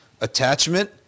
attachment